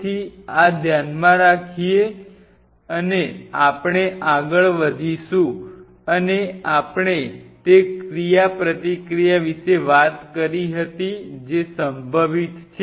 તેથી આ ધ્યાનમાં રાખીને આપણે આગળ વધીશું અને આપણે તે ક્રિયાપ્રતિક્રિયા વિશે વાત કરી હતી જે સંભ વિત છે